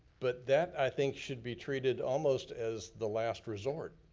but that, i think, should be treated almost as the last resort.